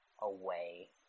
away